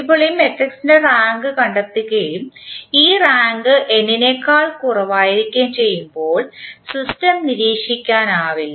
ഇപ്പോൾ ഈ മട്രിക്സിൻറെ റാങ്ക് കണ്ടെത്തുകയും ഈ റാങ്ക് n നേക്കാൾ കുറവായിരിക്കുകയും ചെയ്യുമ്പോൾ സിസ്റ്റം നിരീക്ഷിക്കാനാവില്ല